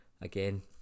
again